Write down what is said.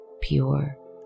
pure